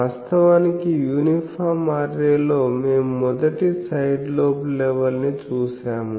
వాస్తవానికి uniform array లో మేము మొదటి సైడ్ లోబ్ లెవెల్ ని చూశాము